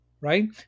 right